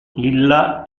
illa